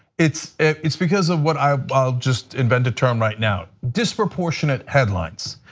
it's it's because of what i but will just invent a term right now, disproportionate headlines.